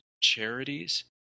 charities